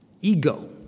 Ego